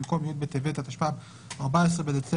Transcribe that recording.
במקום "י' בטבת התשפ"ב (14 בדצמבר